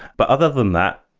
but other than that,